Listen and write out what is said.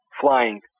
flying